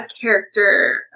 character